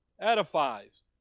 Edifies